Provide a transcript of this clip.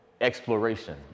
exploration